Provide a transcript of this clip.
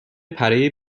پره